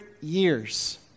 years